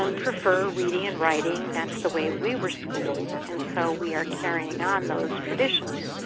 um prefer reading and writing. that's the way we were schooled and so we are carrying on those traditions.